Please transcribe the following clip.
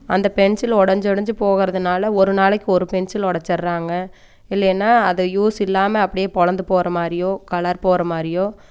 அந்த பென்சில் உடஞ்சி உடஞ்சி போகறதுனால ஒரு நாளைக்கு ஒரு பென்சில் உடச்சிட்றாங்க இல்லைன்னா அதை யூஸ் இல்லாமல் அப்படே பிளந்து போகற மாதிரியோ கலர் போகற மாதிரியோ